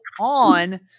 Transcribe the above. on